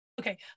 Okay